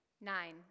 Nine